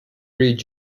reach